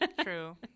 True